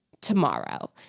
tomorrow